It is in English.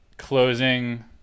closing